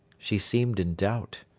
she seemed in doubt.